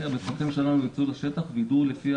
המפקחים שלנו ייצאו לשטח ויידעו לפי